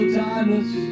timeless